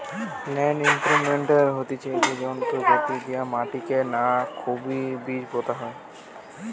land ইমপ্রিন্টের হতিছে সেই যন্ত্র যেটি দিয়া মাটিকে না খুবই বীজ পোতা হয়